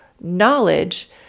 knowledge